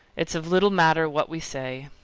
it's of little matter what we say.